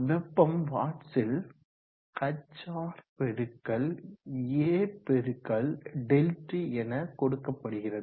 வெப்பம் வாட்ஸ்ல் hr×A×ΔT என கொடுக்கப்படுகிறது